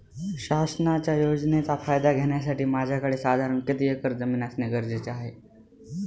शासनाच्या योजनेचा फायदा घेण्यासाठी माझ्याकडे साधारण किती एकर जमीन असणे गरजेचे आहे?